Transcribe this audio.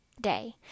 day